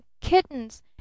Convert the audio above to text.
Kittens